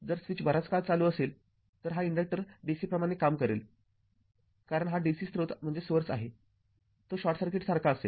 जर स्विच बराच काळ चालू असेल तर हा इन्डक्टर DC प्रमाणे काम करेल कारण हा DC स्त्रोत आहे तो शॉर्ट सर्किट सारखा असेल